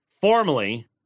formally